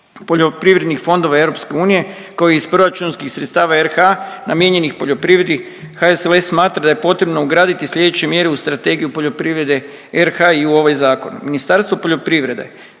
poljoprivrednih fondova EU koji iz proračunskih sredstava RH namijenjenih poljoprivredi, HSLS smatra da je potrebno ugraditi sljedeće mjere u strategiju poljoprivrede RH i u ovaj Zakon.